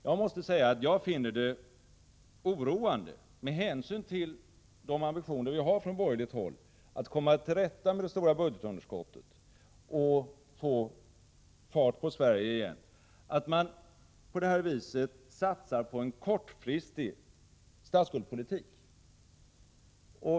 Jag måste säga att jag finner det oroande, med tanke på de ambitioner vi har från borgerligt håll att komma till rätta med det stora budgetunderskottet och få fart på Sverige igen, att man på det här viset satsar på en kortfristig statsskuldspolitik.